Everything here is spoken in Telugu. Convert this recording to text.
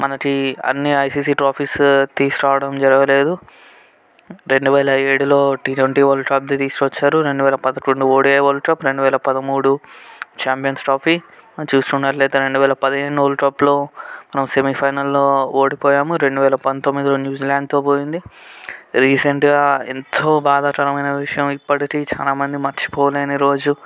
మనకి అన్ని ఐసీసీ ట్రాఫిస్ తీసుకురావడం జరగలేదు రెండు వేల ఏడులో టి ట్వంటీ వరల్డ్ కప్ తీసుకొచ్చారు రెండు వేల పదకొండు ఓడిఐ వరల్డ్ కప్ రెండువేల పదమూడు ఛాంపియన్స్ ట్రోఫీ మనం చూసుకున్నట్లయితే రెండు వేల పదిహేడు వరల్డ్ కప్లో మనం సెమీఫైనల్లో ఓడిపోయాము రెండు వేల పంతొమ్మిది న్యూజిలాండ్తో పోయింది రీసెంట్గా ఎంతో బాధకరమైన విషయం ఇప్పటికే చాలామంది మర్చిపోలేని రోజు